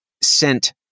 sent